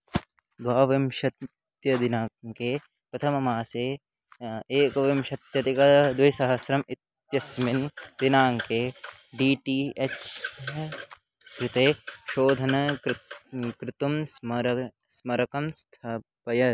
द्वाविंशतिदिनाङ्के प्रथममासे एकविंशत्यधिकाद्विसहस्रम् इत्यस्मिन् दिनाङ्के डी टी एच् कृते शोधनं कृतं कृतं स्मरणं स्मारकं स्थापय